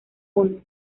mundo